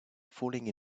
falling